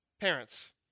parents